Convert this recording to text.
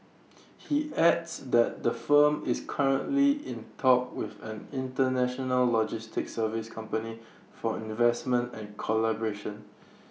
he adds that the firm is currently in talks with an International logistics services company for investment and collaboration